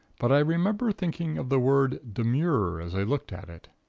but i remember thinking of the word demure, as i looked at it.